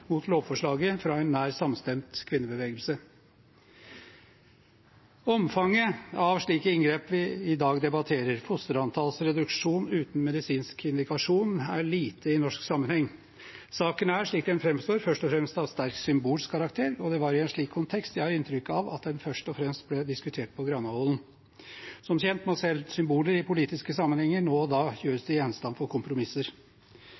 mot lovforslaget fra en nær samstemt kvinnebevegelse. Omfanget av slike inngrep vi i dag debatterer, fosterantallsreduksjon uten medisinsk indikasjon, er lite i norsk sammenheng. Saken er, slik den framstår, først og fremst av sterk symbolsk karakter, og det var først og fremst i en slik kontekst jeg har inntrykk av at den ble diskutert på Granavolden. Som kjent må selv symboler i politiske sammenhenger nå og da